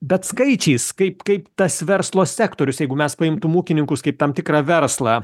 bet skaičiais kaip kaip tas verslo sektorius jeigu mes paimtum ūkininkus kaip tam tikrą verslą